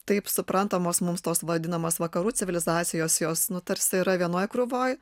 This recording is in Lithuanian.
taip suprantamos mums tos vadinamos vakarų civilizacijos jos nu tarsi yra vienoj krūvoj